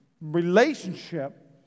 relationship